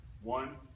one